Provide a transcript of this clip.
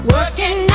Working